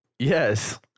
Yes